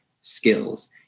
skills